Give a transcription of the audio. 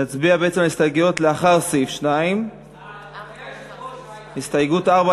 נצביע בעצם על ההסתייגויות לאחר סעיף 2. הסתייגות 4,